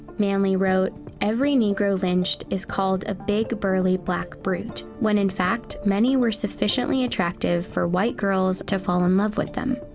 manly wrote every negro lynched is called a big burly, black brute, when in fact many were sufficiently attractive for white girls to fall in love with them.